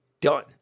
done